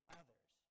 others